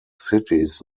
cities